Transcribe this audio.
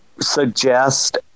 suggest